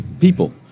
people